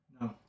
No